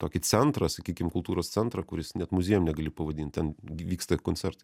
tokį centrą sakykim kultūros centrą kuris net muziejum negali pavadint ten vyksta koncertai